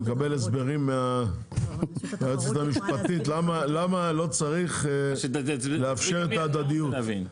אני מקבל הסברים מהיועצת המשפטית למה לא צריך לאפשר את ההדדיות.